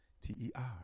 T-E-R